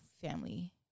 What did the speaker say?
family